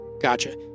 Gotcha